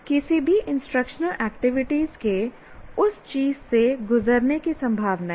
किसी भी instructional activities के उस चीज़ से गुजरने की संभावना है